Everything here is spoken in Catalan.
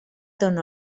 ton